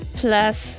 plus